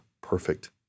perfect